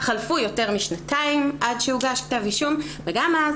חלפו יותר משנתיים עד שהוגש כתב אישום וגם אז